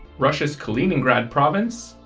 russia's kaliningrad province,